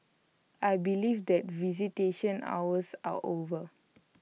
I believe that visitation hours are over